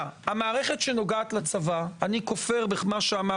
המערכת שנוגעת לצבא אני כופר במה שאמר